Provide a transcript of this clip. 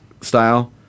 style